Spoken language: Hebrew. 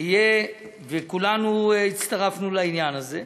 שיהיה, וכולנו הצטרפנו לעניין הזה,